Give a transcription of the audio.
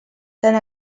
tant